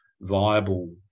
viable